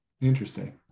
Interesting